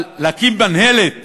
אבל להקים מינהלת